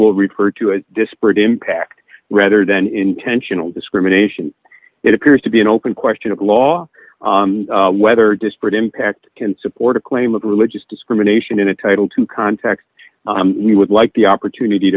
will refer to as disparate impact rather than intentional discrimination it appears to be an open question of law whether disparate impact can support a claim of religious discrimination in a title to context we would like the opportunity